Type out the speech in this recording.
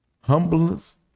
Humbleness